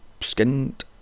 skinned